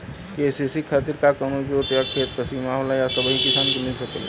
KCC खातिर का कवनो जोत या खेत क सिमा होला या सबही किसान के मिल सकेला?